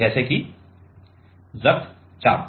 जैसे कि रक्तचाप